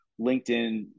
LinkedIn